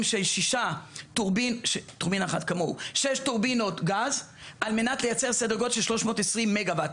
של שש טורבינות גז על מנת לייצר סדר גודל של 320 מגה וואט.